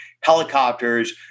helicopters